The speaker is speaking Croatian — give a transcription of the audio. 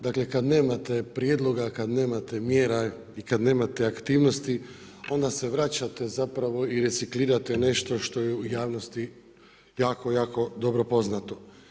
Dakle, kad nemate prijedloga, kad nemate mjera i kad nemate aktivnosti, onda se vraćate zapravo i reciklirate nešto što je u javnosti jako jako dobro poznato.